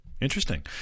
Interesting